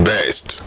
Best